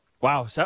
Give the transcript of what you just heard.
Wow